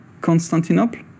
Constantinople